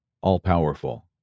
all-powerful